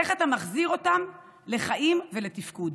איך אתה מחזיר אותם לחיים ולתפקוד?